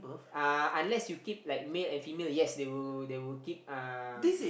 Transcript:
uh unless you keep like male and female yes they will they will keep um